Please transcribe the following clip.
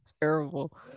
Terrible